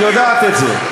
את יודעת את זה.